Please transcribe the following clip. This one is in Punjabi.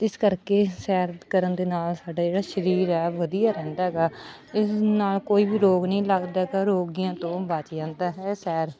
ਇਸ ਕਰਕੇ ਸੈਰ ਕਰਨ ਦੇ ਨਾਲ ਸਾਡਾ ਜਿਹੜਾ ਸਰੀਰ ਹੈ ਵਧੀਆ ਰਹਿੰਦਾ ਹੈਗਾ ਇਸ ਨਾਲ ਕੋਈ ਵੀ ਰੋਗ ਨਹੀਂ ਲੱਗਦਾ ਹੈਗਾ ਰੋਗਾਂ ਤੋਂ ਬਚ ਜਾਂਦਾ ਹੈ ਸੈਰ